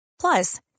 Plus